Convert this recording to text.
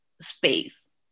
space